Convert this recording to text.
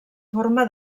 forma